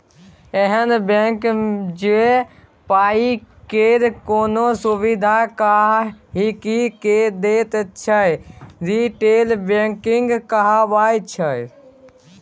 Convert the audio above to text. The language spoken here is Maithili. एहन बैंक जे पाइ केर कोनो सुविधा गांहिकी के दैत छै रिटेल बैंकिंग कहाबै छै